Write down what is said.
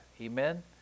Amen